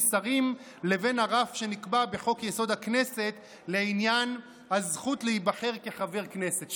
שרים לבין הרף שנקבע בחוק-יסוד: הכנסת לעניין הזכות להיבחר כחבר כנסת,